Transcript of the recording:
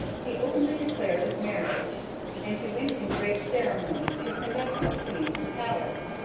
he openly declared his marriage and he went in great ceremony to conduct his queen to the palace.